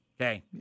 Okay